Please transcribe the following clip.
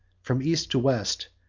from east to west,